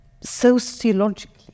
sociologically